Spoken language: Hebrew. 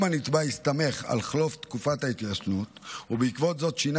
אם הנתבע הסתמך על חלוף תקופת ההתיישנות ובעקבות זאת שינה